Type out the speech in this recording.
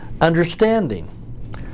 understanding